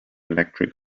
electric